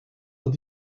dat